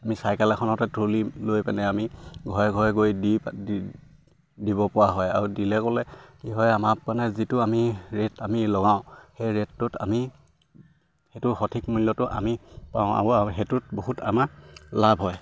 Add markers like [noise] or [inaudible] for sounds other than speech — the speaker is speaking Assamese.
আমি চাইকেল এখনতে [unintelligible] লৈ পিনে আমি ঘৰে ঘৰে গৈ দি দিব পৰা হয় আৰু দিলে ক'লে কি হয় আমাৰ মানে যিটো আমি ৰেট আমি লগাওঁ সেই ৰেটটোত আমি সেইটো সঠিক মূল্যটো আমি পাওঁ আৰু সেইটোত বহুত আমাৰ লাভ হয়